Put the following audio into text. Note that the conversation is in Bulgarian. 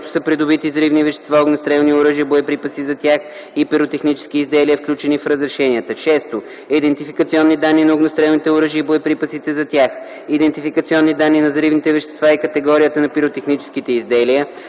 което са придобити взривни вещества, огнестрелни оръжия, боеприпаси за тях и пиротехнически изделия, включени в разрешенията; 6. идентификационни данни на огнестрелните оръжия и боеприпасите за тях, идентификационни данни на взривните вещества и категорията на пиротехническите изделия,